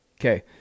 Okay